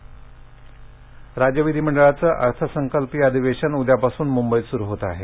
अधिवेशनः राज्य विधीमंडळाचं अर्थसंकल्पीय अधिवेशन उद्यापासून मुंबईत स्रु होत आहे